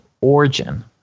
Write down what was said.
origin